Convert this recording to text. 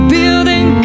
Building